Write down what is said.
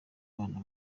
abana